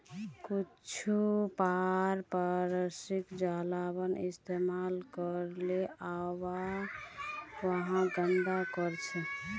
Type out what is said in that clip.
कुछू पारंपरिक जलावन इस्तेमाल करले आबोहवाक गंदा करछेक